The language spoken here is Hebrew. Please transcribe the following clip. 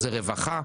רווחה,